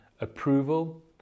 approval